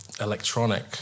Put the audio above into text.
electronic